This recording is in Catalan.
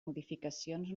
modificacions